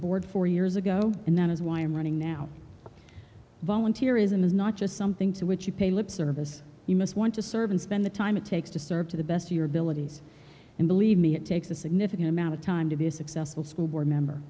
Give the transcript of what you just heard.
board four years ago and that is why i am running now volunteerism is not just something to which you pay lip service you must want to serve and spend the time it takes to serve to the best of your abilities and believe me it takes a significant amount of time to be a successful school board member